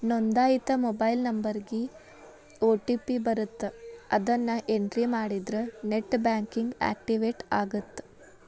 ನೋಂದಾಯಿತ ಮೊಬೈಲ್ ನಂಬರ್ಗಿ ಓ.ಟಿ.ಪಿ ಬರತ್ತ ಅದನ್ನ ಎಂಟ್ರಿ ಮಾಡಿದ್ರ ನೆಟ್ ಬ್ಯಾಂಕಿಂಗ್ ಆಕ್ಟಿವೇಟ್ ಆಗತ್ತ